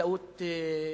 לחקלאות ערבית.